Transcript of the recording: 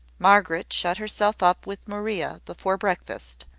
margaret shut herself up with maria before breakfast,